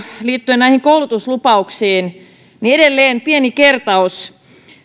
liittyen näihin koulutuslupauksiin edelleen pieni kertaus